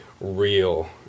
real